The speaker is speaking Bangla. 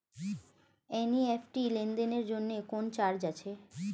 এন.ই.এফ.টি লেনদেনের জন্য কোন চার্জ আছে?